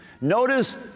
Notice